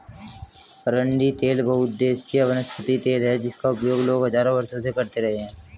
अरंडी तेल बहुउद्देशीय वनस्पति तेल है जिसका उपयोग लोग हजारों वर्षों से करते रहे हैं